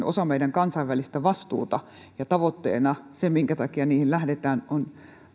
osa meidän kansainvälistä vastuutamme ja tavoitteena minkä takia niihin lähdetään on